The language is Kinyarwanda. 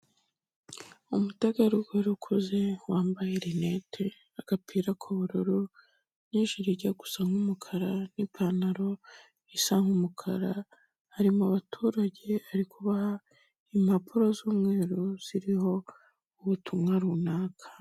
Umutegarugori ukuze wambaye rinete n'agapira k'ubururu, n'ijire ijya gusa nk'umukara n'ipantaro isa nk'umukara, ari mu baturage ari kubaha impapuro z'umweru ziriho ubutumwa runaka.